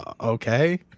Okay